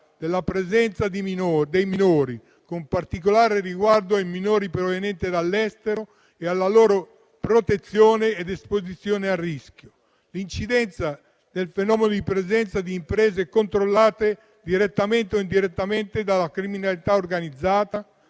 della presenza dei minori, con particolare riguardo ai minori provenienti dall'estero e alla loro protezione ed esposizione a rischio; *c*) l'incidenza del fenomeno della presenza di imprese controllate direttamente o indirettamente dalla criminalità organizzata,